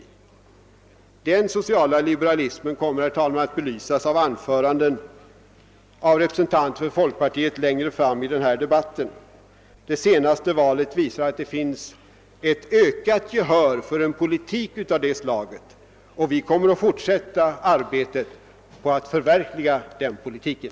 Den sociala liberalismen kommer, herr talman, längre fram i debatten att belysas i anföranden av representanter för folkpartiet. Det senaste valet visar att det finns ett ökat gehör för en politik av det slaget, och vi kommer att fortsätta arbetet på att förverkliga den politiken.